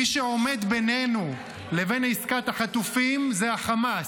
מי שעומד בינינו לבין עסקת החטופים זה חמאס,